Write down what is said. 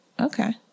Okay